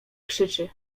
krzyczy